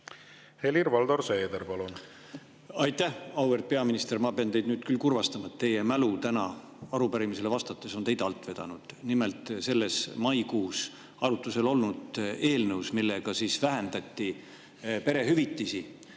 Helir-Valdor Seeder, palun! Aitäh! Auväärt peaminister! Ma pean teid nüüd küll kurvastama, teie mälu täna arupärimisele vastates on teid alt vedanud. Nimelt, maikuus arutlusel olnud eelnõu juures, millega vähendati perehüvitisi,